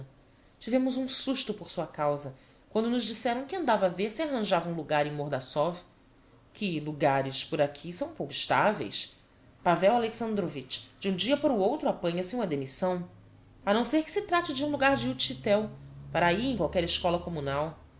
tivemos um susto por sua causa quando nos disseram que andava a ver se arranjava um logar em mordassov que logares por aqui são pouco estaveis pavel alexandrovitch de um dia para o outro apanha se uma demissão a não ser que se trate de um logar de utchitel para ahi em qualquer escola communal